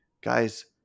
guys